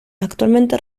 actualmente